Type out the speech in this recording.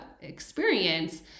experience